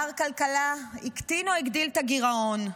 מר כלכלה הקטין או הגדיל את הגירעון?